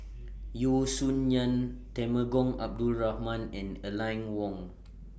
Yeo Song Nian Temenggong Abdul Rahman and Aline Wong